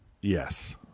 Yes